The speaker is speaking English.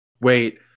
Wait